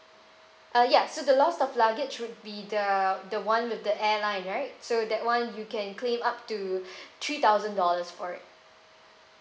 uh yeah so the lost of luggage would be the the one with the airline right so that one you can claim up to three thousand dollars for it